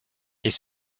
est